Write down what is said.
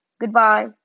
goodbye